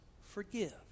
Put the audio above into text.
forgive